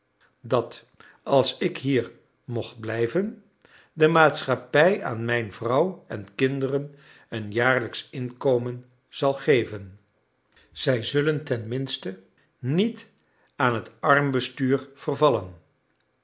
dat als ik hier mocht blijven de maatschappij aan mijn vrouw en kinderen een jaarlijksch inkomen zal geven zij zullen tenminste niet aan het armbestuur vervallen